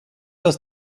was